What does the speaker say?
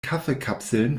kaffeekapseln